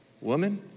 Woman